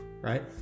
right